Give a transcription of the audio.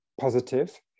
positive